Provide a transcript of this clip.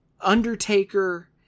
Undertaker